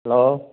hello